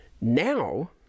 now